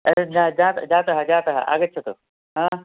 अरे जातः जातः जातः जातः आगच्छतु हा